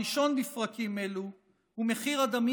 הראשון בפרקים אלו הוא מחיר הדמים